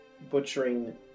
butchering